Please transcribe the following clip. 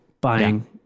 buying